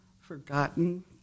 forgotten